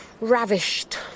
ravished